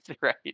right